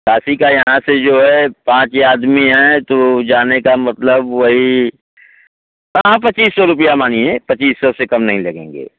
काशी का यहाँ से जो है पाँच आदमी हैं तो जाने का मतलब वही हाँ हाँ पचीस सौ रुपया मानिए पचीस सौ से कम नहीं लगेंगे